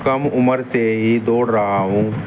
کم عمر سے ہی دوڑ رہا ہوں